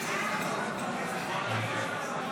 שעה) (תיקון),